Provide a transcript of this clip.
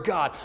God